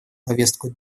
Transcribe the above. повестку